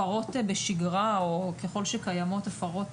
הפרות בשגרה, ככל שקיימות הפרות